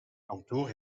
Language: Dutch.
kantoor